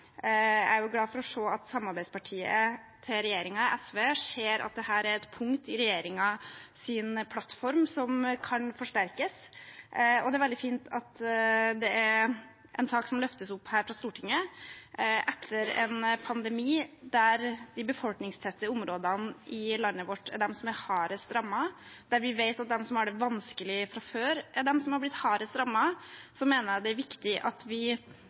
Jeg er glad for å se at samarbeidspartiet til regjeringen, SV, ser at dette er et punkt i regjeringens plattform som kan forsterkes. Det er veldig fint at det er en sak som løftes opp her fra Stortinget etter en pandemi der de befolkningstette områdene i landet vårt er de som er hardest rammet, der vi vet at de som har det vanskelig fra før, er de som har blitt hardest rammet. Jeg mener det er viktig at vi